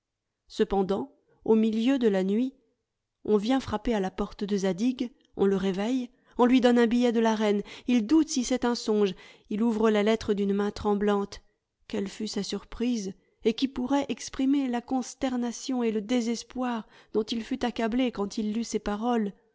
cependant au milieu de la nuit on vient frapper à la porte de zadig on le réveille on lui donne un billet de la reine il doute si c'est un songe il ouvre la lettre d'une main tremblante quelle fut sa surprise et qui pourrait exprimer la consternation et le désespoir dont il fut accablé quand il lut ces paroles